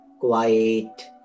quiet